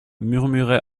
murmurait